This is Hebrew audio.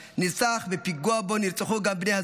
נרצח בפיגוע שבו נרצחו גם בני הזוג